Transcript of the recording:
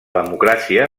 democràcia